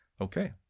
okay